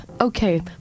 okay